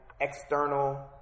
external